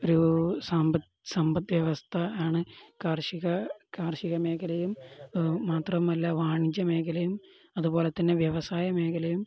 ഒരു സമ്പദ് സമ്പദ് വ്യവസ്ഥ ആണ് കാർഷിക കാർഷിക മേഖലയും മാത്രമല്ല വാണിജ്യ മേഖലയും അതുപോലെ തന്നെ വ്യവസായ മേഖലയും